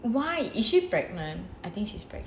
why is she pregnant I think she's pregnant